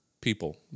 people